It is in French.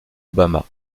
obama